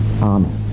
Amen